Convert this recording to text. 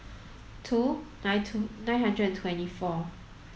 two nine two nine hundred and twenty four